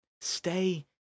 Stay